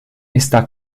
está